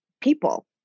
people